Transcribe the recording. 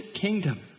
kingdom